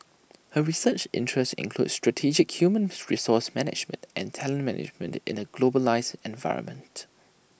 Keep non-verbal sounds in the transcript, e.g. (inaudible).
her research interests include strategic human resource (noise) management and talent management in A globalised environment